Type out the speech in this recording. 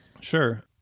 Sure